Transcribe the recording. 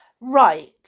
Right